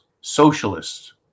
socialists